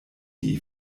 die